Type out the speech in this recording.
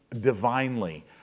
divinely